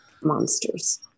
Monsters